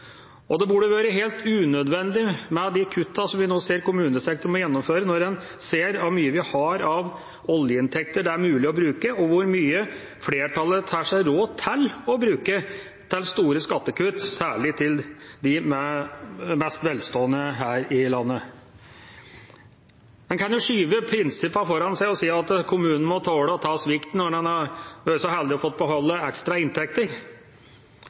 Det burde vært helt unødvendig med de kuttene som vi nå ser kommunesektoren må gjennomføre, når man ser hvor mye vi har av oljeinntekter det er mulig å bruke, og hvor mye flertallet tar seg råd til å bruke til store skattekutt, særlig til de mest velstående her i landet. Man kan skyve prinsippene foran seg og si at kommunene må tåle å ta svikten, når man har vært så heldig å få beholde ekstra inntekter